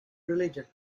religion